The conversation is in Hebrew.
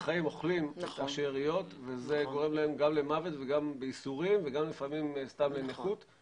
מעבירים --- איך אתם מסתדרים